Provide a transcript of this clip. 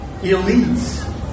elites